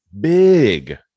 big